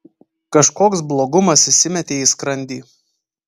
kažkoks blogumas įsimetė į skrandį